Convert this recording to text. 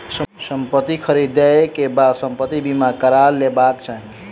संपत्ति ख़रीदै के बाद संपत्ति बीमा करा लेबाक चाही